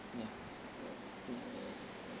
ya mm